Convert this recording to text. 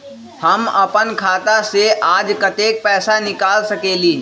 हम अपन खाता से आज कतेक पैसा निकाल सकेली?